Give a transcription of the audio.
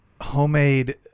homemade